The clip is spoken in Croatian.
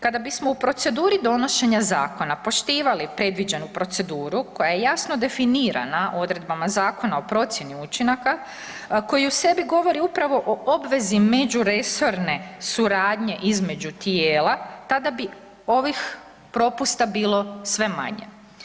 Kada bismo u proceduri donošenja zakona poštivali predviđenu proceduru koja je jasno definirana odredbama Zakona o procjeni učinaka koji u sebi govori upravo o obvezi međuresorne suradnje između tijela tada bi ovih propusta bilo sve manje.